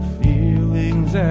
feelings